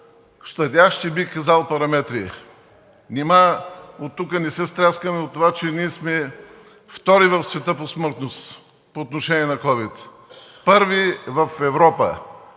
по-щадящи, бих казал, параметри. Нима оттук не се стряскаме от това, че ние сме втори в света по смъртност по отношение на ковид, първи в Европа.